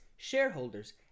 shareholders